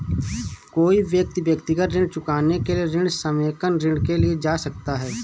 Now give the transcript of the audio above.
कोई व्यक्ति व्यक्तिगत ऋण चुकाने के लिए ऋण समेकन ऋण के लिए जा सकता है